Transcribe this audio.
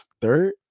third